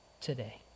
today